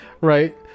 right